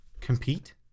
compete